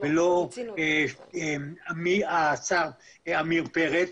ולא השר עמיר פרץ,